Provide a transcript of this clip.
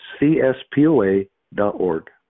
CSPOA.org